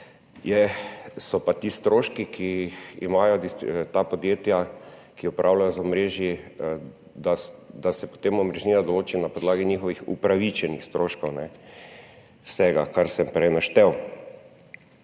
se pri teh stroških, ki jih imajo ta podjetja, ki upravljajo z omrežji, da se potem omrežnina določi na podlagi njihovih upravičenih stroškov, ne vsega, kar sem prej naštel.